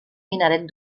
minaret